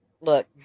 look